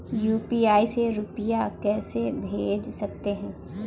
UPI से रुपया कैसे भेज सकते हैं?